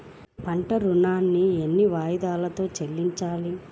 పంట ఋణాన్ని ఎన్ని వాయిదాలలో చెల్లించాలి?